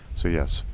so yes,